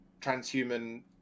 transhuman